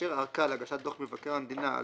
לאשר ארכה להגשת דוח מבקר המדינה על